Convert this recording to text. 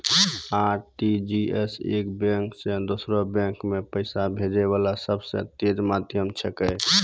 RTGS एक bank से दोसरो बैंक मे पैसा भेजै वाला सबसे तेज माध्यम छिकै